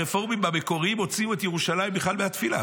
הרפורמים המקוריים הוציאו את ירושלים בכלל מהתפילה.